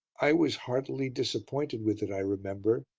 i was heartily disappointed with it, i remember,